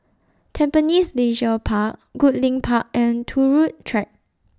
Tampines Leisure Park Goodlink Park and Turut Track